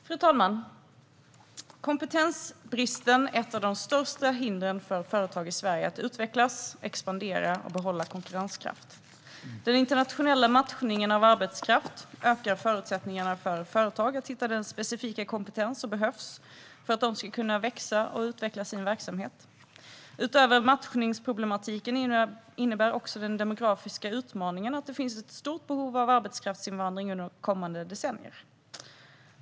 Fru talman! Kompetensbristen är ett av de största hindren för företag i Sverige att utvecklas, expandera och behålla konkurrenskraft. Den internationella matchningen av arbetskraft ökar förutsättningarna för företag att hitta den specifika kompetens som behövs för att de ska kunna växa och utveckla sina verksamheter. Utöver matchningsproblemen innebär också den demografiska utmaningen att det finns ett stort behov av arbetskraftsinvandring under kommande decennier.